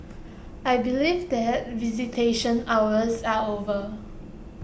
I believe that visitation hours are over